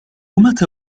متى